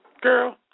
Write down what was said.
Girl